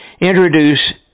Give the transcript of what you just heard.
introduce